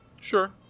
Sure